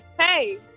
hey